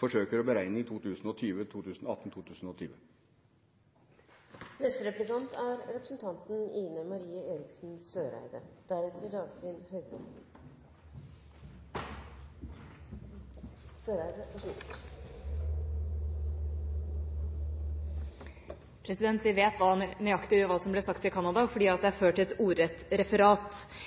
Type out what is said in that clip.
forsøker å beregne i 2018–2020. Vi vet nøyaktig hva som ble sagt i Canada, fordi det er ført et ordrett referat.